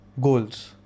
goals